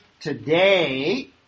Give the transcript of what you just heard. today